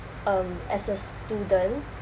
um as a student